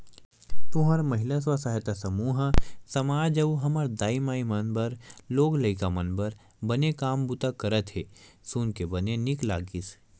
तुंहर महिला स्व सहायता समूह ह समाज अउ हमर दाई माई मन बर लोग लइका मन बर बने काम बूता करत हे सुन के बने नीक लगिस